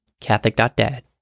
Catholic.Dad